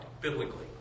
biblically